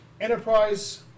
Enterprise